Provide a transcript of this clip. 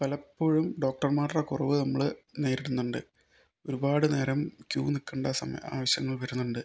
പലപ്പോഴും ഡോക്ടർമാരുടെ കുറവ് നമ്മൾ നേരിടുന്നുണ്ട് ഒരുപാട് നേരം ക്യൂ നിൽക്കണ്ട സമയ ആവശ്യങ്ങൾ വരുന്നുണ്ട്